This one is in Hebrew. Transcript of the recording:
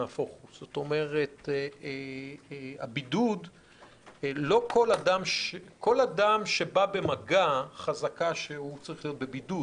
נהפוך הוא כל אדם שבא במגע חזקה שהוא צריך בידוד.